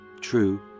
true